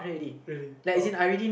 really oh